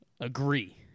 Agree